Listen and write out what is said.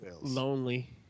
Lonely